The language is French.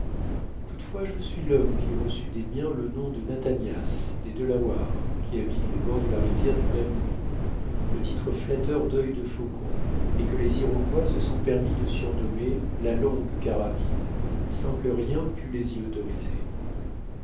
toutefois je suis l'homme qui reçut des miens le nom de nathanias des delawares qui habitent les bords de la rivière du même nom le titre flatteur dœil defaucon et que les iroquois se sont permis de surnommer la longue carabine sans que rien pût les y autoriser